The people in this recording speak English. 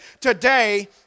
today